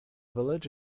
village